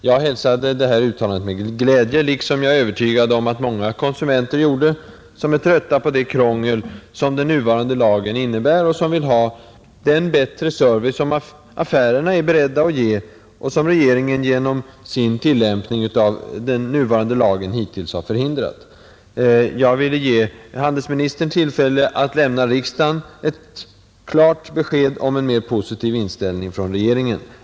Jag hälsade detta uttalande med glädje — liksom jag är övertygad om att många konsumenter gjorde, som är trötta på det krångel som den nuvarande lagen innebär och som vill ha den bättre service som affärerna är beredda att ge, men som regeringen genom sin tillämpning av den nuvarande lagen hittills har förhindrat. Jag ville med min fråga ge handelsministern tillfälle att lämna riksdagen ett klart besked om en mer positiv inställning hos regeringen.